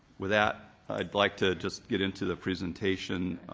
with that, i'd like to just get into the presentation